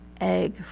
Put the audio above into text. egg